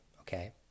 Okay